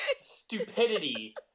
stupidity